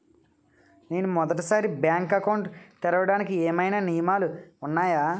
నేను మొదటి సారి బ్యాంక్ అకౌంట్ తెరవడానికి ఏమైనా నియమాలు వున్నాయా?